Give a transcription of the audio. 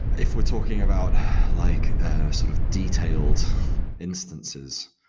if we're talking about like sort of detailed instances,